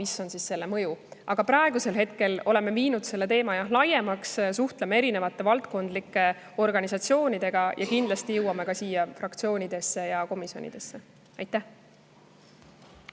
mis on selle mõju. Aga praegu oleme seda teemat laiendanud, suhtleme erinevate valdkondlike organisatsioonidega ja kindlasti jõuame ka siia fraktsioonidesse ja komisjonidesse. Aitäh